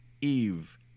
Eve